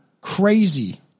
crazy